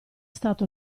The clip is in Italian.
stato